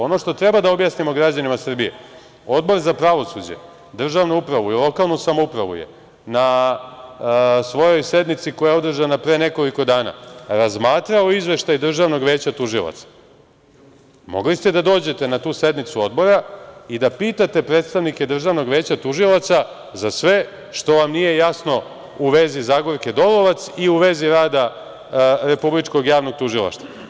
Ono što treba da objasnimo građanima Srbije, Odbor za pravosuđe, državnu upravu i lokalnu samoupravu je na svojoj sednici koja je održana pre nekoliko dana razmatrao izveštaj Državnog veća tužilaca, mogli ste da dođete na tu sednicu Odbora i da pitate predstavnike Državnog veća tužilaca za sve što vam nije jasno u vezi Zagorke Dolovac i u vezi rada Republičkog javnog tužilaštva.